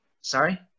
sorry